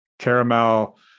caramel